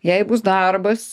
jai bus darbas